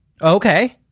Okay